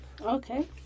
Okay